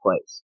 place